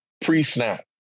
pre-snap